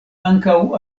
ankaŭ